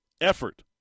Effort